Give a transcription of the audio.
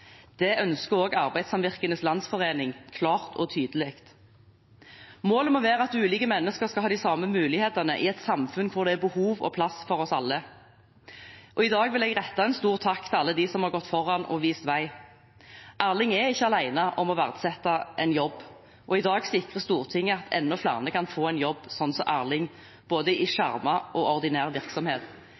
Det ønsker også Arbeidssamvirkenes Landsforening klart og tydelig. Målet må være at ulike mennesker skal ha de samme mulighetene i et samfunn hvor det er behov og plass for oss alle. I dag vil jeg rette en stor takk til alle dem som har gått foran og vist vei. Erling er ikke alene om å verdsette en jobb, og i dag sikrer Stortinget at enda flere kan få en jobb, slik som Erling, både i skjermet og ordinær virksomhet.